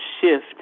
shift